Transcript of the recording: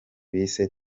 bise